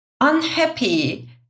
unhappy